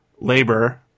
labor